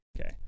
Okay